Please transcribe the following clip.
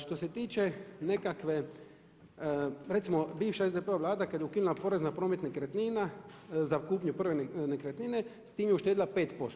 Što se tiče nekakve, recimo bivša SDP-ova vlada kad je ukinula porez na promet nekretnina za kupnju prve nekretnine s tim je uštedjela 5%